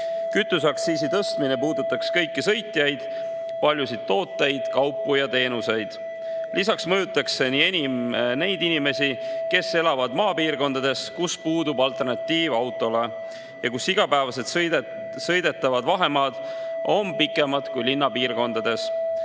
Kütuseaktsiisi tõstmine puudutaks kõiki sõitjaid, paljusid tooteid, kaupu ja teenuseid. Lisaks mõjutaks see enim neid inimesi, kes elavad maapiirkondades, kus puudub alternatiiv autole ja kus iga päev sõidetavad vahemaad on pikemad kui linnapiirkondades.